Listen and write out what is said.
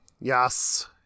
Yes